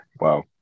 Wow